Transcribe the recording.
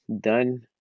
done